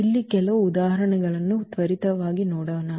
ಇಲ್ಲಿ ಕೆಲವು ಉದಾಹರಣೆಗಳನ್ನು ತ್ವರಿತವಾಗಿ ನೋಡೋಣ